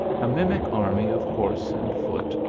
a mimic army of horse and foot,